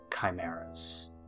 Chimeras